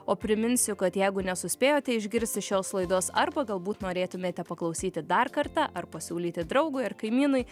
o priminsiu kad jeigu nesuspėjote išgirsti šios laidos arba galbūt norėtumėte paklausyti dar kartą ar pasiūlyti draugui ar kaimynui